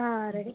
ആ റെഡി